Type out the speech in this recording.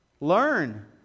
learn